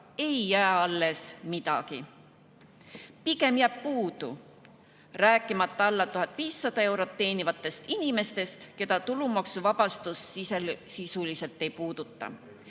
tõusuga alles midagi. Pigem jääb puudu. Rääkimata alla 1500 euro teenivatest inimestest, keda tulumaksuvabastus sisuliselt ei